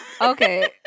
okay